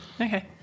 Okay